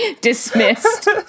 dismissed